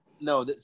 No